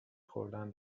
خوردن